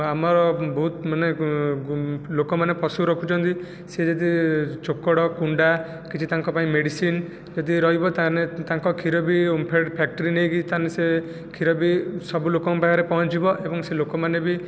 ଆମର ବହୁତ ମାନେ ଲୋକମାନେ ପଶୁ ରଖୁଛନ୍ତି ସେ ଯଦି ରହିବ ତା'ହେଲେ ତାଙ୍କ କ୍ଷୀର ବି ଓମଫେଡ଼୍ ଫ୍ୟାକ୍ଟ୍ରି ନେଇକି ତା'ହେଲେ ସେ କ୍ଷୀର ବି ସବୁ ଲୋକଙ୍କ ପାଖରେ ପହଞ୍ଚିବ ଏବଂ ସେ ଲୋକମାନେ ବି